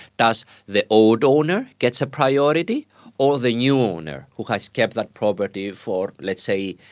does the old owner get so priority or the new owner who has kept that property for, let's say,